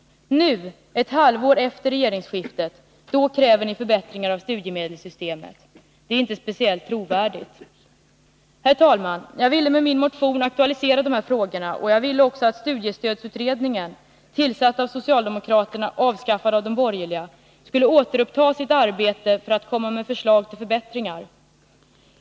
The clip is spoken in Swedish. Nu, ett halvår efter regeringsskiftet, kräver ni förbättringar av studiemedelssystemet. Det är inte speciellt trovärdigt. Herr talman! Jag ville med min motion aktualisera de här frågorna, och jag ville också att studiestödsutredningen, tillsatt av socialdemokraterna och avskaffad av de borgerliga, skulle återuppta sitt arbete för att komma med förslag till förbättringar.